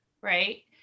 right